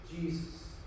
Jesus